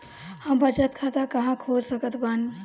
हम बचत खाता कहां खोल सकत बानी?